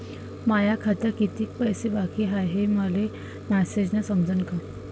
माया खात्यात कितीक पैसे बाकी हाय हे मले मॅसेजन समजनं का?